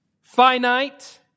finite